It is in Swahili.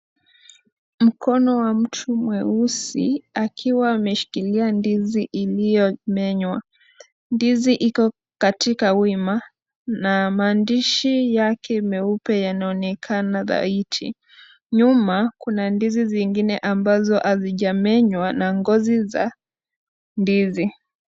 Mkono wa mtu mweusi akiwa ameshikilia ndizi iliyomenywa. Ndizi iko katika wima na maandishi yake meupe yanaonekana dhaiti. Nyuma kuna ndizi zingine ambazo hazijamenywa na ngozi za ndizi.